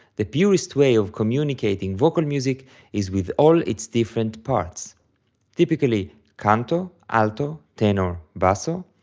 the purest way of communicating vocal music is with all its different parts typically canto, alto, tenor, basso,